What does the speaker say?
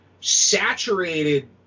saturated